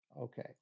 Okay